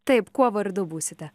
taip kuo vardu būsite